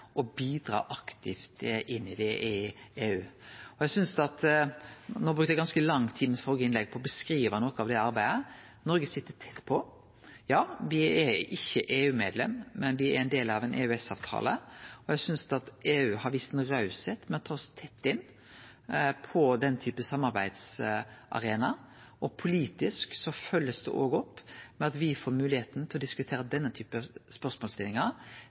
og bidrar aktivt i EU. No brukte eg ganske mykje tid i det førre innlegget mitt på å beskrive noko av det arbeidet. Noreg sit tett på. Ja – me er ikkje EU-medlem, men me er ein del av ein EØS-avtale, og eg synest at EU har vore rause ved å få oss så tett inn på den typen samarbeidsarena. Politisk blir det òg følgt opp ved at me får moglegheit til å diskutere denne typen spørsmålsstillingar